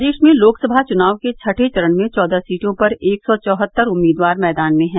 प्रदेश में लोकसभा चुनाव के छठे चरण में चौदह सीटों पर एक सौ चौहत्तर उम्मीदवार मैदान मे हैं